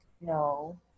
No